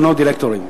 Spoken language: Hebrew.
למנות דירקטורים.